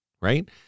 right